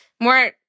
more